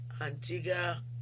Antigua